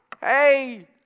hey